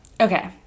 okay